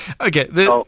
Okay